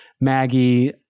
Maggie